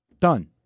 Done